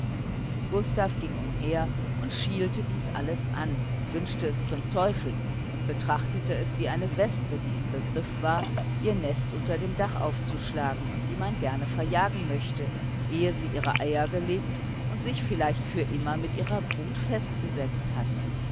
gustav ging umher und schielte dies alles an wünschte es zum teufel und betrachtete es wie eine wespe die im begriff war ihr nest unter dem dach aufzuschlagen und die man gerne verjagen möchte ehe sie ihre eier gelegt und sich vielleicht für immer mit ihrer brut festgesetzt hat